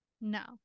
no